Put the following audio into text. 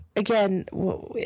again